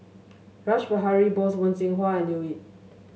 Rash Behari Bose Wen Jinhua and Leo Yip